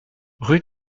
rue